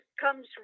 comes